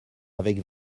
avec